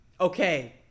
okay